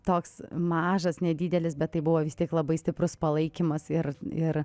toks mažas nedidelis bet tai buvo vis tiek labai stiprus palaikymas ir ir